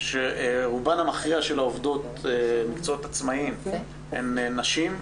שרובן המכריע של העובדות במקצועות עצמאיים הן נשים,